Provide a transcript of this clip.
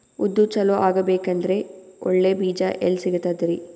ಉದ್ದು ಚಲೋ ಆಗಬೇಕಂದ್ರೆ ಒಳ್ಳೆ ಬೀಜ ಎಲ್ ಸಿಗತದರೀ?